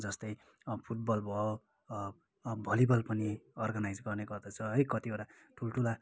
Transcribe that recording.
जस्तै फुटबल भयो भलिबल पनि अर्गनाइज गर्ने गर्दैछ है कतिवटा ठुल्ठुला